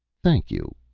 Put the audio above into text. thank you,